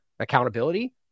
accountability